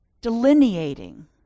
Delineating